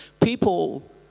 people